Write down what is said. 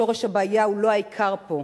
שורש הבעיה הוא לא העיקר פה,